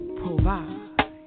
provide